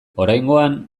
oraingoan